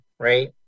Right